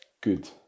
good